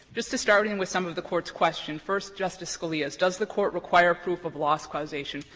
just to start in with some of the court's questions first, justice scalia's does the court require proof of loss causation?